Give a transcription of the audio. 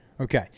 Okay